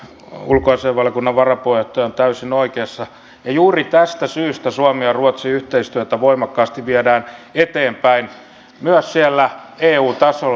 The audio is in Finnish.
ulkoasiainvaliokunnan varapuheenjohtaja on täysin oikeassa ja juuri tästä syystä suomen ja ruotsin yhteistyötä voimakkaasti viedään eteenpäin myös siellä eu tasolla